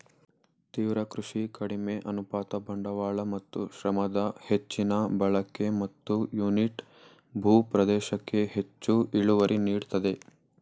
ತೀವ್ರ ಕೃಷಿ ಕಡಿಮೆ ಅನುಪಾತ ಬಂಡವಾಳ ಮತ್ತು ಶ್ರಮದ ಹೆಚ್ಚಿನ ಬಳಕೆ ಮತ್ತು ಯೂನಿಟ್ ಭೂ ಪ್ರದೇಶಕ್ಕೆ ಹೆಚ್ಚು ಇಳುವರಿ ನೀಡ್ತದೆ